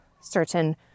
certain